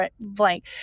blank